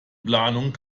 planung